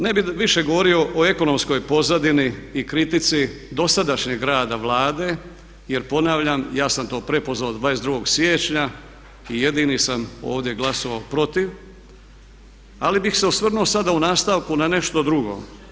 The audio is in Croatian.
Ne bi više govorio o ekonomskoj pozadini i kritici dosadašnjeg rada Vlada jer ponavljam ja sam to … od 22. siječnja i jedini sam ovdje glasova protiv, ali bih se osvrnuo sada u nastavku na nešto drugo.